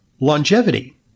longevity